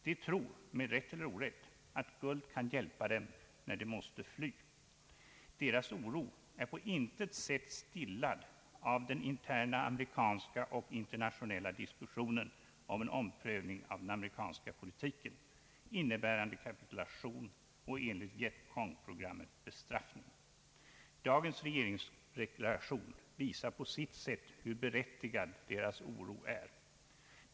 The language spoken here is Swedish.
De tror med rätt eller orätt att guld kan hjälpa dem när de måste fly. Deras oro är på intet sätt stillad av den interna amerikanska och den internationella diskussionen om en omprövning av den amerikanska politiken, innebärande kapitulation och enligt vietcongprogrammet bestraffning. Dagens regeringsdeklaration visar på sitt sätt hur berättigad deras oro är.